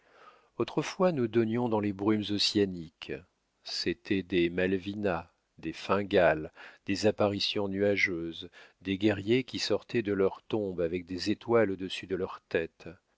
autrefois nous donnions dans les brumes ossianiques c'était des malvina des fingal des apparitions nuageuses des guerriers qui sortaient de leurs tombes avec des étoiles au-dessus de leurs têtes